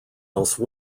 else